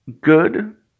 Good